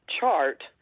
chart